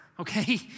Okay